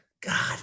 God